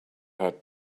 had